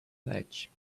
ledge